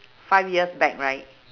five years back right